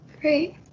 Great